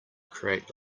create